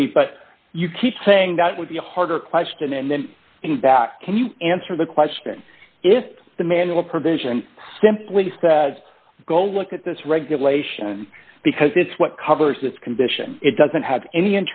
see me but you keep saying that would be a harder question and then back can you answer the question if the manual provision simply go look at this regulation because it's what covers this condition it doesn't have any